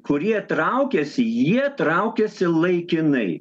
kurie traukiasi jie traukiasi laikinai